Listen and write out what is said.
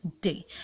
day